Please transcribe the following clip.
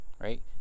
right